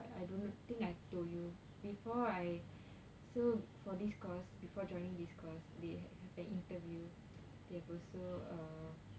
I don't think I've told you before I so for this course before joining this course they have a interview they have also err